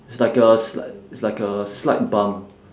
it's like a sli~ it's like a slight bump